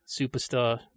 superstar